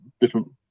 different